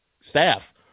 staff